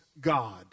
God